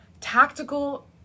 tactical